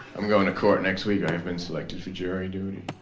i'm going to court next week i have been selected for jury duty.